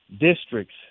districts